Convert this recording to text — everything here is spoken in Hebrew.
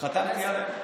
בוועדות הכנסת?